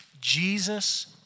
Jesus